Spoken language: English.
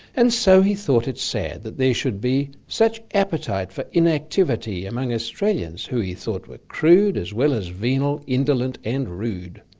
and so he thought it sad that there should be such appetite for inactivity among australians, who he thought were crude as well as venal, indolent and rude.